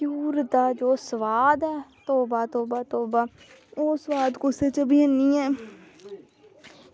घ्यूर दा जो सोआद ऐ तौबा तौबा तौबा ओह् सोआद कुसै च बी हैनी ऐ